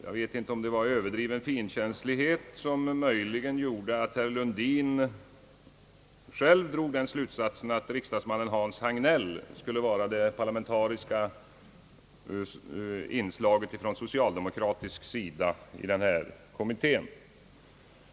Jag vet inte om det var av Överdriven finkänslighet som herr Lundin själv drog den slutsatsen, att riksdagsmannen Hans Hagnell skulle utgöra det parlamentariska inslaget från socialdemokratisk sida i denna kommitté.